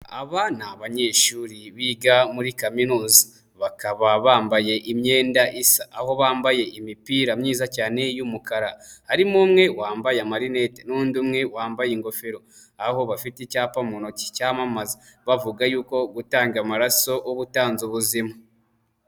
Aba ni abanyeshuri biga muri kaminuza bakaba bambaye imyenda isa, aho bambaye imipira myiza cyane y'umukara harimo umwe wambaye amarinete n'undi umwe wambaye ingofero, aho bafite icyapa mu ntoki cyamama bavuga yuko gutanga amaraso uba utanze ubuzima.